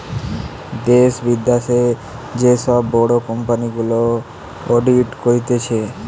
দ্যাশে, বিদ্যাশে যে সব বড় কোম্পানি গুলা অডিট করতিছে